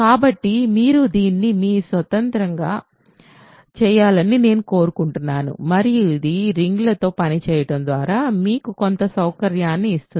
కాబట్టి మీరు దీన్ని మీ స్వంతంగా చేయాలని నేను కోరుకుంటున్నాను మరియు ఇది రింగులతో పని చేయడం ద్వారా మీకు కొంత సౌకర్యాన్ని ఇస్తుంది